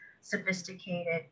sophisticated